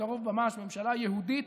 בקרוב ממש ממשלה יהודית,